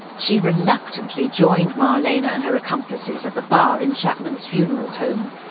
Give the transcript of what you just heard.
she reluctantly joined marlene and her accomplices at the bar in chapman's funeral home,